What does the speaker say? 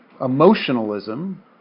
emotionalism